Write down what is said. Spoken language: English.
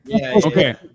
Okay